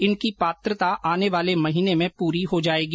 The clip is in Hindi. इनकी पात्रता आने वाले महीने में पूरी हो जाएगी